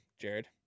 Jared